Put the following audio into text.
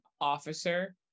officer